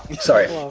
Sorry